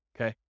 okay